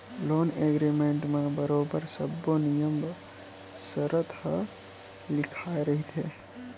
loan agreement म बरोबर सब्बो नियम सरत ह लिखाए रहिथे